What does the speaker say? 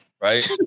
right